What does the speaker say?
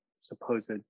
supposed